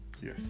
Yes